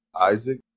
Isaac